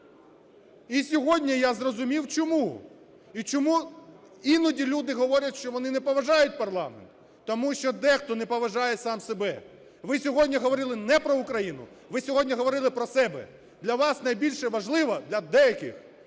і сьогодні я зрозумів чому, і чому іноді люди говорять, що вони не поважають парламент. Тому що дехто не поважає сам себе. Ви сьогодні говорили не про Україну, ви сьогодні говорили про себе. Для вас найбільш важливо, для деяких,